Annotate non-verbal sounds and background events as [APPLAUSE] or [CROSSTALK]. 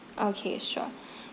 okay sure [BREATH]